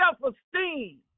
self-esteem